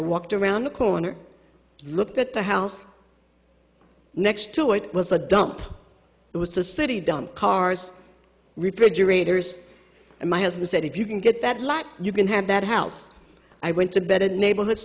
walked around the corner looked at the house next to it was a dump it was a city dump cars refrigerators and my husband said if you can get that lot you can have that house i went to better neighborhoods